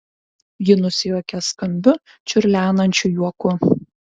ji nusijuokė skambiu čiurlenančiu juoku